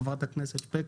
חברת הכנסת שפק.